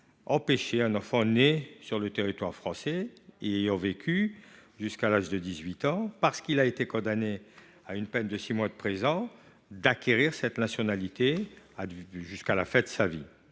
empêcher un enfant né sur le territoire français, y ayant vécu jusqu’à l’âge de 18 ans, parce qu’il a été condamné à une peine de six mois d’emprisonnement, d’acquérir la nationalité française jusqu’à la fin de sa vie.